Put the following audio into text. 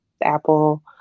Apple